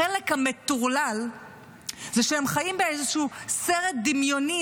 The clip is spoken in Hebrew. החלק המטורלל זה שהם חיים באיזשהו סרט דמיוני,